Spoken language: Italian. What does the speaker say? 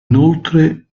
inoltre